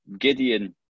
Gideon